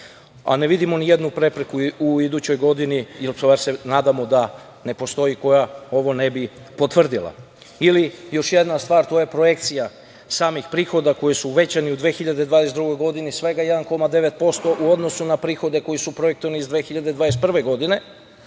a ne vidimo ni jednu prepreku u idućoj godini ili bar se nadamo da ne postoji koja ovo ne bi potvrdila. Još jedna stvar, to je projekcija samih prihoda koji su uvećani u 2022. godini svega 1,9% u odnosu na prihode koji su projektovani iz 2021. godine,